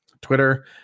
Twitter